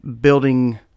building